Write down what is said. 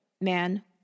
man